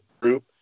group